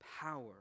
power